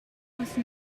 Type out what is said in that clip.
whose